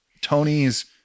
Tony's